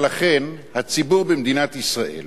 אבל לכם הציבור במדינת ישראל